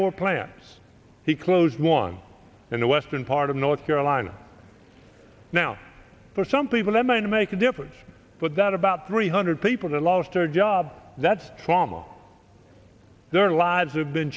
four plants he closed one in the western part of north carolina now for some people that might make a difference but that about three hundred people that lost her job that's far more their lives have been